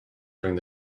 during